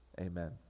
amen